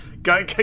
Go